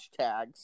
hashtags